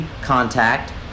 Contact